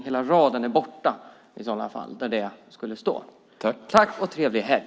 Hela raden är borta där det skulle stå i sådana fall. Trevlig helg!